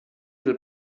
del